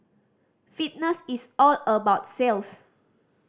fitness is all about sales